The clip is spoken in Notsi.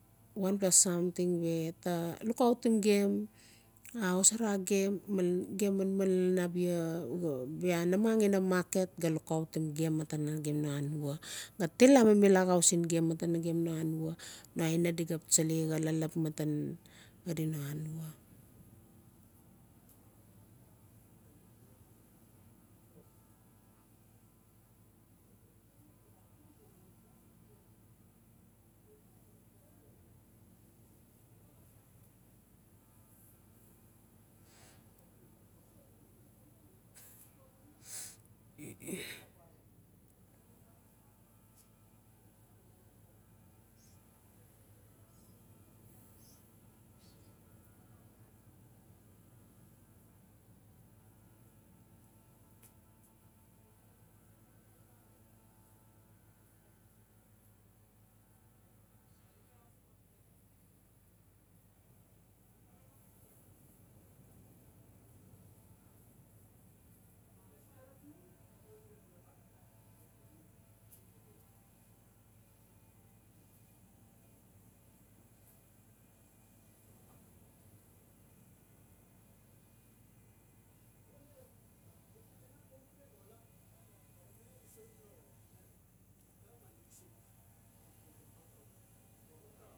Wanpla samtig we taa lukautim gem axosara gem malan gem manman lalan abia namag ina market o gaa lukuatim gem matan nagem no maten anwa ga til amimil axau sin gem maten nagem no anwa o no aina di taa xap tsalai gaa lalap maten xadi no answa